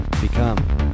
become